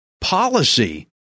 policy